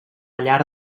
llar